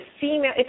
female